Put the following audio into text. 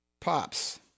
Pops